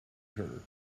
her